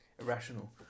irrational